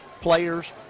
players